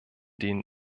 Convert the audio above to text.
denen